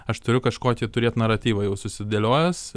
aš turiu kažkokį turėt naratyvą jau susidėliojęs